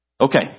Okay